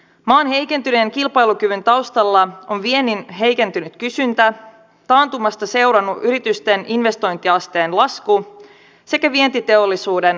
maan heikentyneen kilpailukyvyn taustalla on viennin heikentynyt kysyntä taantumasta seurannut yritysten investointiasteen lasku sekä vientiteollisuuden rakennemuutos